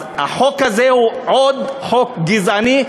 אז החוק הזה הוא עוד חוק גזעני,